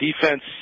defense